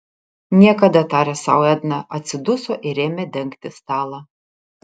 niekada tarė sau edna atsiduso ir ėmė dengti stalą